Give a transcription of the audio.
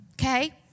okay